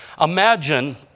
Imagine